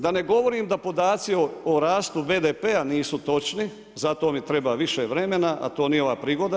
Da ne govorim da podaci o rastu BDP-a nisu točni za to mi treba više vremena, a to nije ova prigoda.